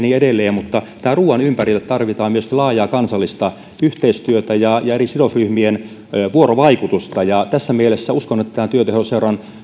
niin edelleen mutta myös tähän ruoan ympärille tarvitaan laajaa kansallista yhteistyötä ja ja eri sidosryhmien vuorovaikutusta tässä mielessä uskon että tämä työtehoseuran